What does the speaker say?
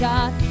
God